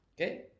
Okay